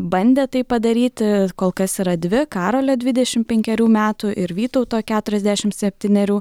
bandė tai padaryti kol kas yra dvi karolio dvidešimt penkerių metų ir vytauto keturiasdešimt septynerių